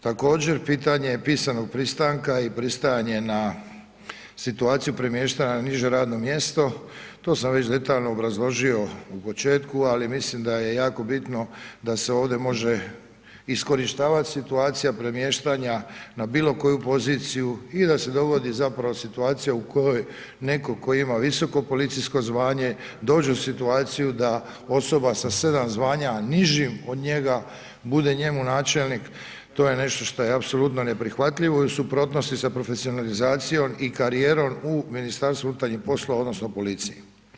Također, pitanje je pisanog pristanka i pristajanje na situaciju premještaja na niže radno mjesto, to sam već detaljno obrazložio u početku, ali mislim da je jako bitno, da se ovdje može iskorištavati situacija, premještaja na bilo koju poziciju i da se dogodi zapravo situacija u kojoj netko tko ima visoko policijsko zvanje dođe u situaciju da osoba s 7 zvanja nižim od njega bude njemu načelnik, to je nešto što je apsolutno neprihvatljivo i u suprotnosti sa profesionalizacijom i karijerom u Ministarstvu unutarnjih poslova, odnosno, policije.